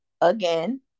again